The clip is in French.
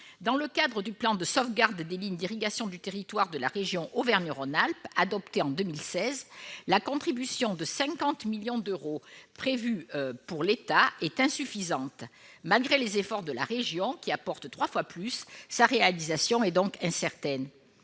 Dans le cadre du plan de sauvegarde des lignes d'irrigation du territoire de la région Auvergne-Rhône-Alpes, adopté en 2016, la contribution de 50 millions d'euros prévue pour l'État est insuffisante. Malgré les efforts de la région, qui apporte trois fois plus, sa réalisation est donc incertaine.